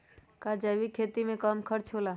का जैविक खेती में कम खर्च होला?